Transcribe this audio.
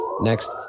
next